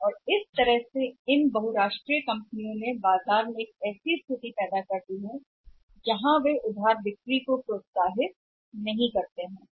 और एक तरह से इन बहुराष्ट्रीय कंपनियों ने बाजार में एक ऐसी स्थिति पैदा कर दी है जहां वे ऋण को प्रोत्साहित नहीं करते हैं बिक्री